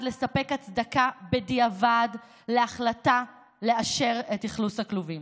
לספק הצדקה בדיעבד להחלטה לאשר את אכלוס הכלובים.